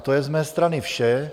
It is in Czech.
To je z mé strany vše.